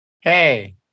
Hey